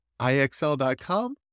IXL.com